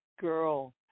girl